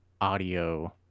audio